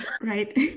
right